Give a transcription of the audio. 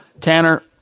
Tanner